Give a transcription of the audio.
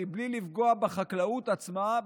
מבלי לפגוע בחקלאות עצמה,